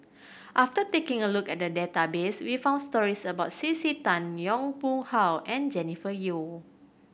after taking a look at the database we found stories about C C Tan Yong Pung How and Jennifer Yeo